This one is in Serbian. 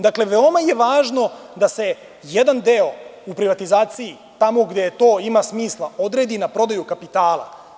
Dakle, veoma je važno da se jedan deo u privatizaciji, tamo gde to ima smisla, odredi na prodaju kapitala.